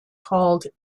called